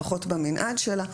לפחות במנעד שלה,